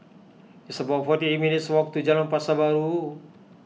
it's about forty eight minutes' walk to Jalan Pasar Baru